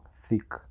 thick